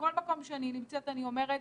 בכל מקום שאני נמצאת אני אומרת